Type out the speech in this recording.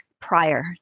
prior